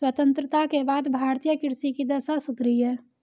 स्वतंत्रता के बाद भारतीय कृषि की दशा सुधरी है